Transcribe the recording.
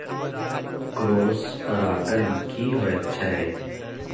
Cross परागण की होयत छै?